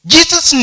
Jesus